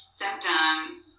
symptoms